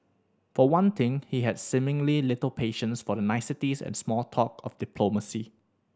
for one thing he had seemingly little patience for the niceties and small talk of diplomacy